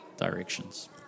directions